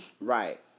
right